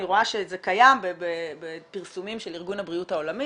אני רואה שזה קיים בפרסומים של ארגון הבריאות העולמי